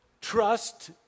trust